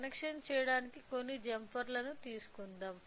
కనెక్షన్లు చేయడానికి కొన్ని జంపర్లను తీసుకుందాం